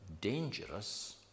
dangerous